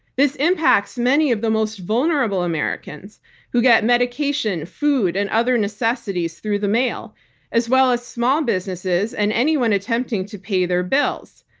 this impacts many of the most vulnerable americans who get medication, food and other necessities through the mail as well as small businesses and anyone attempting to pay their bills.